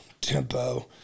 tempo